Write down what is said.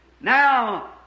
Now